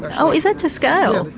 oh is that to scale?